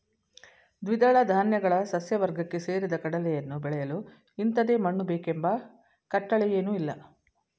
ದ್ವಿದಳ ಧಾನ್ಯಗಳ ಸಸ್ಯವರ್ಗಕ್ಕೆ ಸೇರಿದ ಕಡಲೆಯನ್ನು ಬೆಳೆಯಲು ಇಂಥದೇ ಮಣ್ಣು ಬೇಕೆಂಬ ಕಟ್ಟಳೆಯೇನೂಇಲ್ಲ